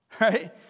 right